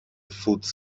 فودز